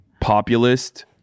populist